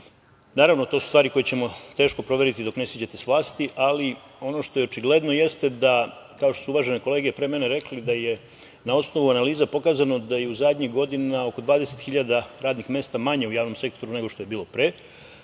njih. Naravno, to su stvari koje ćemo teško proveriti dok ne siđete sa vlasti, ali ono što je očigledno jeste da, kao što su uvažene kolege pre mene rekli, da je na osnovu analiza pokazano da je zadnjih godina oko 20 hiljada radnih mesta manje u javnom sektoru nego što je bilo